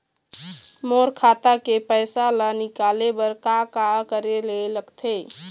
मोर खाता के पैसा ला निकाले बर का का करे ले लगथे?